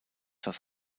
das